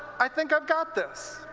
i think i got this.